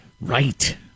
Right